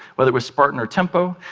whether it was spartan or tempo.